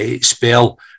spell